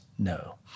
No